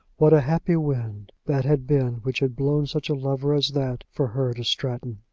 what a happy wind that had been which had blown such a lover as that for her to stratton!